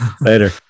later